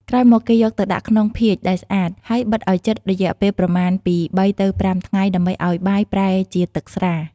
ក្រោយមក គេយកទៅដាក់ក្នុងភាជន៍ដែលស្អាត ហើយបិទឱ្យជិតរយៈពេលប្រមាណពី ៣ ទៅ ៥ ថ្ងៃ ដើម្បីឱ្យបាយប្រែជាទឹកស្រា។